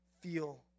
feel